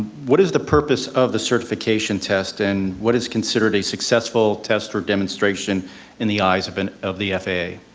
what is the purpose of the certification test and what is considered a successful test or demonstration in the eyes of and of the faa?